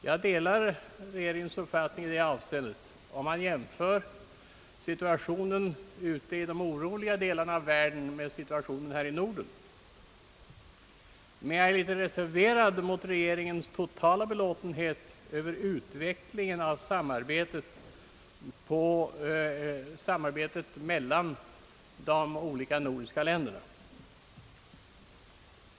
Jag delar regeringens uppfattning i det avseendet, om man jämför situationen i de oroliga delarna av världen med läget här i Norden; men jag är litet reserverad mot regeringens totala belåtenhet över utvecklingen av samarbetet mellan de nordiska länderna.